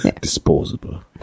disposable